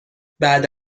بعد